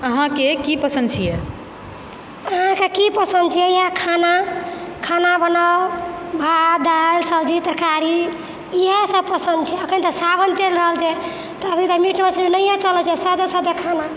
अहाँके कि पसन्द छियै अहाँक की पसन्द छियै इएह खाना खाना बनाउ भात दालि सब्जी तरकारी इएहसभ पसन्द छै एखन तऽ सावन चलि रहल छै तऽ अभी तऽ मीट मछली नहिए चलै छै सादे सादे खाना